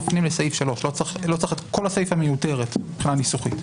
מפנים לסעיף 3. כל הסיפא מיותרת מבחינה ניסוחית.